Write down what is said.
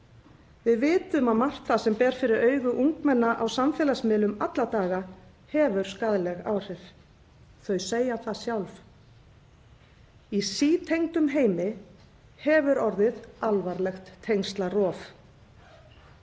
Við vitum að margt það sem ber fyrir augu ungmenna á samfélagsmiðlum alla daga hefur skaðleg áhrif. Þau segja það sjálf. Í sítengdum heimi hefur orðið alvarlegt tengslarof